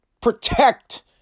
protect